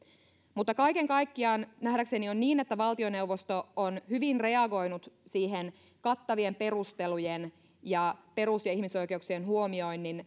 kaiken kaikkiaan nähdäkseni on niin että valtioneuvosto on hyvin reagoinut siihen kattavien perustelujen ja perus ja ihmisoikeuksien huomioinnin